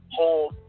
hold